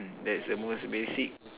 that's a most basic